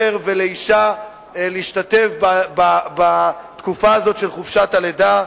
ולאשה להשתתף בתקופה הזאת של חופשת הלידה,